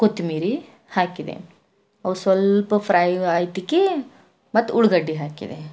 ಕೊತೊಂಬರಿ ಹಾಕಿದೆ ಅವು ಸ್ವಲ್ಪ ಫ್ರೈ ಆಯ್ತಿಕಿ ಮತ್ತೆ ಉಳ್ಳಾಗಡ್ಡಿ ಹಾಕಿದೆ